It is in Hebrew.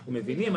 אנחנו מבינים.